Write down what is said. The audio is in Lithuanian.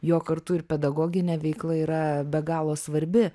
jo kartu ir pedagoginė veikla yra be galo svarbi